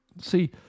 See